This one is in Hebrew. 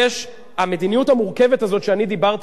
המדיניות המורכבת הזאת שאני דיברתי